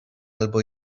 albo